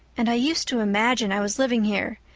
and i used to imagine i was living here,